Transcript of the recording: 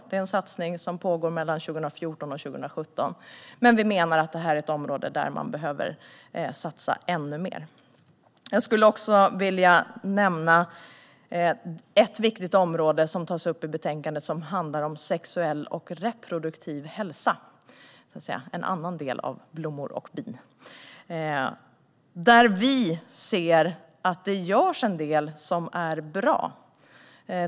Det är en satsning som pågår mellan 2014 och 2017, men vi menar att detta är ett område där man behöver satsa ännu mer. Jag skulle också vilja nämna ett viktigt område som tas upp i betänkandet, och det är sexuell och reproduktiv hälsa - en annan del av blommor och bin, så att säga. Där ser vi att det görs en del som är bra.